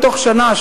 בתוך שנה,